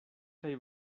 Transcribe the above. kaj